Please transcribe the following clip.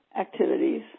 activities